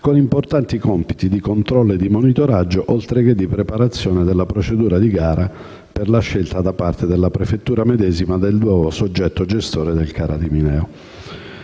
con importanti compiti di controllo e monitoraggio, oltreché di preparazione della procedura di gara per la scelta da parte della prefettura medesima del nuovo soggetto gestore del CARA di Mineo.